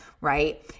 right